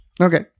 Okay